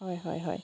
হয় হয় হয়